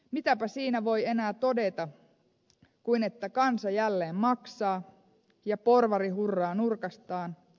mitäpä siinä voi enää todeta kuin että kansa jälleen maksaa ja porvari hurraa nurkastaan